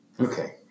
Okay